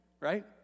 right